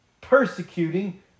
persecuting